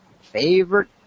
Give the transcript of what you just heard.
favorite